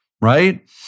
right